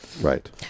right